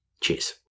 cheers